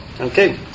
Okay